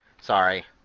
Sorry